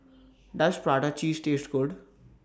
Does Prata Cheese Taste Good